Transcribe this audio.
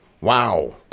wow